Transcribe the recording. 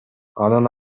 анын